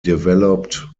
developed